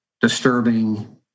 disturbing